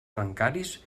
bancaris